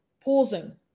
pausing